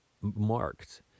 marked